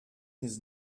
his